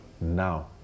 now